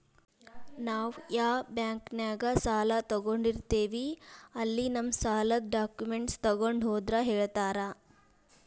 ನಾವ್ ಯಾ ಬಾಂಕ್ನ್ಯಾಗ ಸಾಲ ತೊಗೊಂಡಿರ್ತೇವಿ ಅಲ್ಲಿ ನಮ್ ಸಾಲದ್ ಡಾಕ್ಯುಮೆಂಟ್ಸ್ ತೊಗೊಂಡ್ ಹೋದ್ರ ಹೇಳ್ತಾರಾ